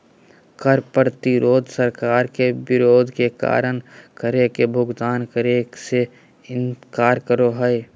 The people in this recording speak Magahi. कर प्रतिरोध सरकार के विरोध के कारण कर के भुगतान करे से इनकार करो हइ